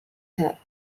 her